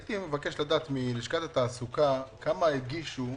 מבקש לדעת מלשכת התעסוקה כמה הגישו,